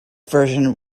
version